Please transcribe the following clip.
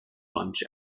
lunch